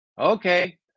Okay